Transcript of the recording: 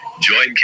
Join